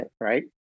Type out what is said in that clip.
Right